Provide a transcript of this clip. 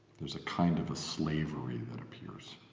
there's a kind of a slavery that appears,